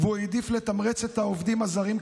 והוא העדיף לתמרץ את העובדים הזרים,